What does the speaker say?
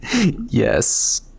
yes